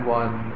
one